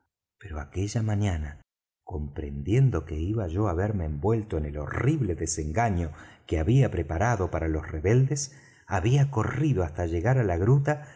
pero aquella mañana comprendiendo que iba yo á verme envuelto en el horrible desengaño que había preparado para los rebeldes había corrido hasta llegar á la gruta